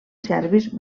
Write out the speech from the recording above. serbis